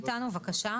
בבקשה.